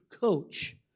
coach